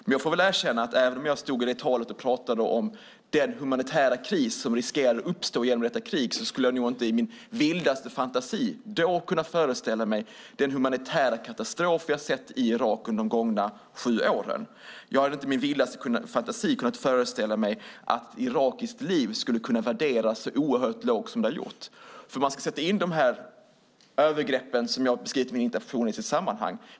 Men jag får väl erkänna att även om jag i det talet pratade om den humanitära kris som riskerade att uppstå genom detta krig skulle jag nog inte i min vildaste fantasi då kunnat föreställa mig den humanitära katastrof vi har sett i Irak under de gångna sju åren. Jag hade inte i min vildaste fantasi kunnat föreställa mig att irakiskt liv skulle kunna värderas så oerhört lågt. Man ska sätta in de övergrepp som jag har beskrivit i min interpellation i sitt sammanhang.